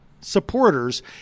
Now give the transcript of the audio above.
supporters